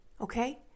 okay